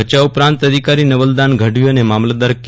ભચાઉ પ્રાંત અધિકારી નવલદાન ગઢવી અને મામલતદાર કે